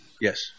Yes